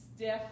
stiff